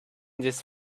this